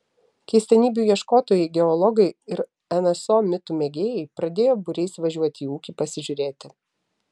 keistenybių ieškotojai geologai ir nso mitų mėgėjai pradėjo būriais važiuoti į ūkį pasižiūrėti